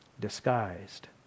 disguised